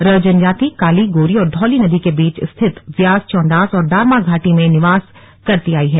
रं जनजाति काली गौरी और धौली नदी के बीच स्थित व्यास चौदांस और दारमा घाटी में निवास करती आयी है